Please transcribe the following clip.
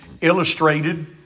illustrated